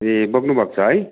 ए बोक्नु भएको छ है